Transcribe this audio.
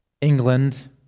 England